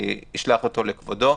אני אשלח אותו לכבודו.